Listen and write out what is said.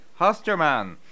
Hosterman